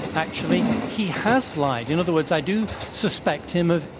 actually, he has lied. in other words, i do suspect him of,